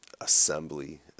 assembly